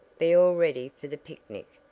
be all ready for the picnic.